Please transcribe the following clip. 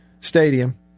stadium